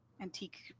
antique